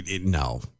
no